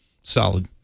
solid